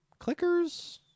Clickers